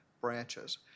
branches